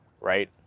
right